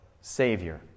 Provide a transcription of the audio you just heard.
Savior